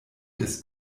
des